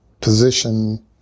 position